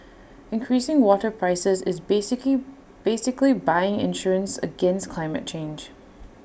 increasing water prices is basically basically buying insurance against climate change